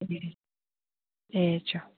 ꯑꯦꯆꯥ